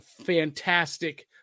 fantastic